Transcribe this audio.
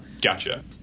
Gotcha